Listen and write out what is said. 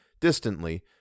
distantly